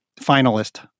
finalist